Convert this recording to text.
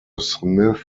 smith